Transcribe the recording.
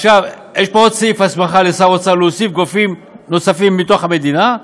יש פה עוד סעיף הסמכה לשר האוצר להוסיף גופים נוספים מתוך המדינה.